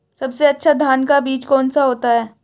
सबसे अच्छा धान का बीज कौन सा होता है?